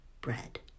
bread